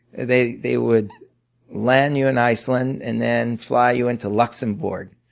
they they would land you in iceland and then fly you into luxembourg.